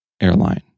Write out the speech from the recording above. airline